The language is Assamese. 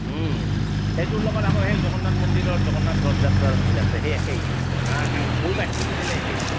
সেইটোৰ লগত আকৌ সেই জগন্নাথ মন্দিৰৰ জগন্নাথ ৰথ যাত্ৰাৰ মিল আছে সেই একেই মূল কাহিনীটো বোলে একেই